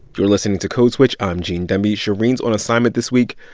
you're listening to code switch. i'm gene demby. shereen's on assignment this week.